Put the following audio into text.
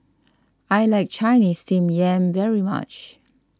I like Chinese Steamed Yam very much